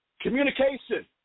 communication